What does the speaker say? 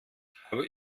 habe